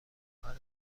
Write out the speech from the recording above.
کار